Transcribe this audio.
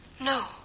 no